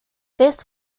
this